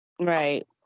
right